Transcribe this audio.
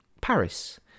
Paris